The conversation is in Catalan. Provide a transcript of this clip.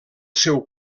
seu